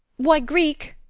why, greek!